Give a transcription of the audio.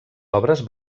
obres